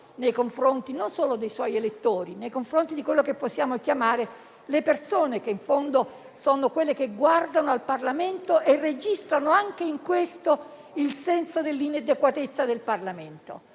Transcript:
nei confronti non solo dei suoi elettori, ma anche di quelle che possiamo chiamare le persone, che in fondo guardano al Parlamento e registrano anche in questo il senso dell'inadeguatezza del Parlamento.